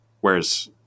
Whereas